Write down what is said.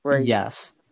Yes